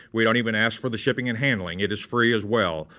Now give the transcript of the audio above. we don't even ask for the shipping and handling, it is free as well.